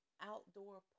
outdoor